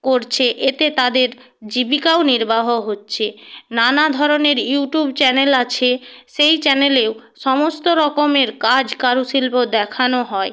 করছে এতে তাদের জীবিকাও নির্বাহ হচ্ছে নানা ধরনের ইউট্যুব চ্যানেল আছে সেই চ্যানেলেও সমস্ত রকমের কাজ কারুশিল্প দেখানো হয়